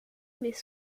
mais